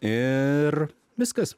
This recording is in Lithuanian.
ir viskas